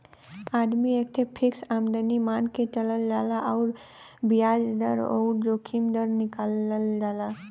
आदमी के एक ठे फ़िक्स आमदमी मान के चलल जाला अउर बियाज दर अउर जोखिम दर निकालल जाला